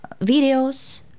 videos